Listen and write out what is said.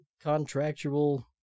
contractual